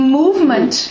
movement